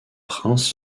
princes